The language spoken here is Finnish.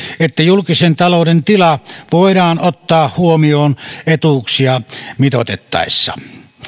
että julkisen talouden tila voidaan ottaa huomioon etuuksia mitoitettaessa